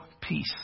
peace